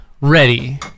ready